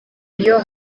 iyo